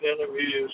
interviews